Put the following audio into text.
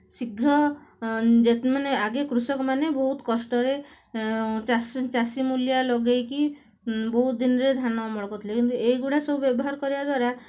ଶୀଘ୍ର ଯେଉଁମାନେ ଆଗେ କୃଷକମାନେ ବହୁତ କଷ୍ଟରେ ଚାଷ ଚାଷୀ ମୂଲିଆ ଲଗାଇକି ବହୁତ ଦିନରେ ଧାନ ଅମଳ କରୁଥିଲେ କିନ୍ତୁ ଏଗୁଡ଼ା ସବୁ ବ୍ୟବହାର କରିବା ଦ୍ୱାରା